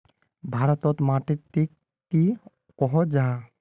भारत तोत माटित टिक की कोहो जाहा?